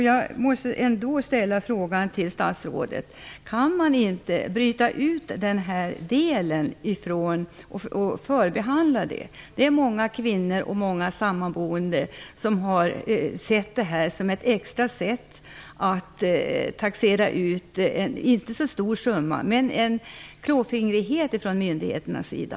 Jag måste fråga statsrådet: Kan man inte bryta ut den här delen och förbehandla den? Det är många kvinnor och sammanboende som ser detta som ytterligare ett sätt att taxera. Det är inte en så stor summa, men det är en klåfingrighet från myndigheternas sida.